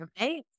right